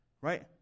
right